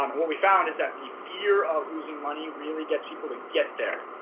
what we found is that the fear of losing money really gets people to get there.